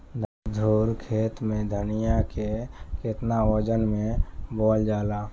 दस धुर खेत में धनिया के केतना वजन मे बोवल जाला?